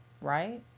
right